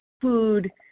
food